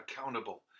accountable